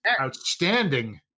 outstanding